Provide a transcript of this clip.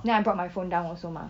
then I brought my phone down also mah